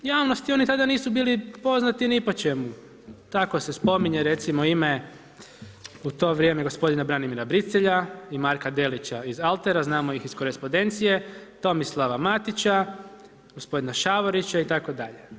Javnosti oni tada nisu bili poznati ni po čemu, tako se spominje recimo ime u to vrijeme gospodina Branimira Bricelja i Marka Delića iz Altera, znamo ih iz korespondencije, Tomislava Matića, gospodina Šavorića itd.